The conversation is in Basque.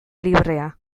librea